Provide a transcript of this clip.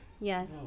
Yes